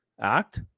act